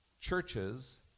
churches